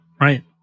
right